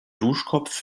duschkopf